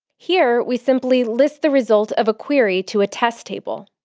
here we simply list the result of a query to a test table.